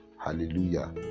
Hallelujah